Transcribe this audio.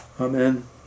Amen